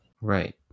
Right